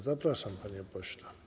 Zapraszam, panie pośle.